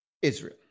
Israel